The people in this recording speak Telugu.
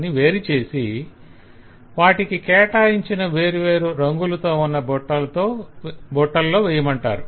అని వేరు చేసి వాటికి కేటాయించిన వేరువేరు రంగులతో ఉన్న బుట్టలలో వెయ్యమంటారు